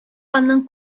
аның